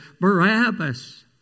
Barabbas